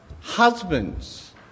Husbands